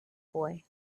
boy